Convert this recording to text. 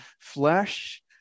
flesh